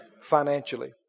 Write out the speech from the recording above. Financially